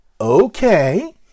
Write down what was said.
Okay